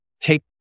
take